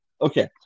Okay